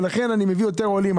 לכן אני מביא יותר עולים.